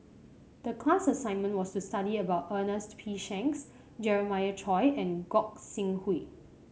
the class assignment was to study about Ernest P Shanks Jeremiah Choy and Gog Sing Hooi